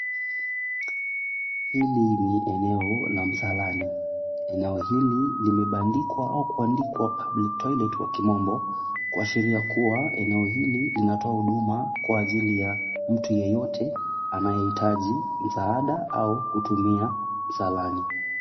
Hili ni eneo la msalani. Eneo hili limebandikwa au kuandikwa public toilet kwa kimombo, kuashiria kuwa eneo hili linatoa huduma kwa ajili ya mtu yeyote anayehitaji msaada au kutumia msalani.